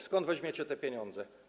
Skąd weźmiecie te pieniądze?